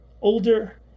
older